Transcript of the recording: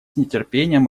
нетерпением